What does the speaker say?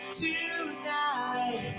tonight